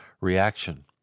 reaction